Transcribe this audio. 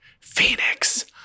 Phoenix